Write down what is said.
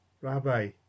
Rabbi